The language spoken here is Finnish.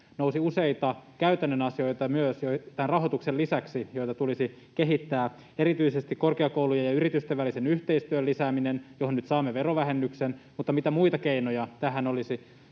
myös useita käytännön asioita, joita tulisi kehittää, erityisesti korkeakoulujen ja yritysten välisen yhteistyön lisääminen, johon nyt saamme verovähennyksen. Mitä muita keinoja tähän olisi?